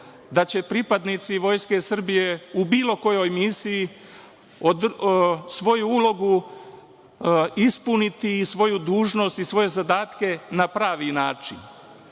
da će pripadnici Vojske Srbije u bilo kojoj misiji svoju ulogu ispuniti i svoju dužnost i svoje zadatke na pravi način.